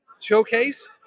Showcase